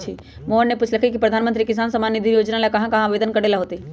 मोहन ने पूछल कई की प्रधानमंत्री किसान सम्मान निधि ला कहाँ आवेदन करे ला होतय?